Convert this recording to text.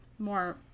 more